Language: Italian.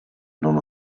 non